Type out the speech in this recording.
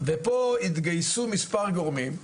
פה התגייסו מספר גורמים,